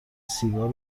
سیگار